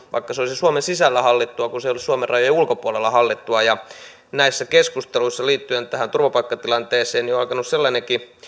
vaikka se olisi suomen sisällä hallittua niin se ei ole suomen rajojen ulkopuolella hallittua näissä keskusteluissa liittyen tähän turvapaikkatilanteeseen on alkanut sellainenkin